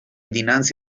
dinanzi